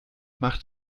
macht